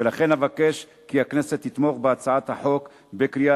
ולכן אבקש כי הכנסת תתמוך בהצעת החוק בקריאה